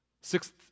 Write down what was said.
Sixth